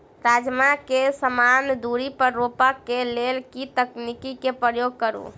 राजमा केँ समान दूरी पर रोपा केँ लेल केँ तकनीक केँ प्रयोग करू?